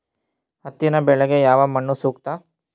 ಹತ್ತಿ ಬೆಳೆಗೆ ಯಾವ ಮಣ್ಣು ಸೂಕ್ತ?